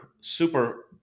super